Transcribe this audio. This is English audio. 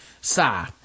Sigh